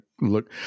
look